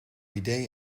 idee